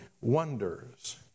wonders